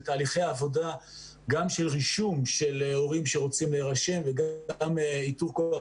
בתהליכי העבודה גם של רישום של הורים שרוצים להירשם וגם איתור כוח